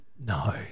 No